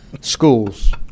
schools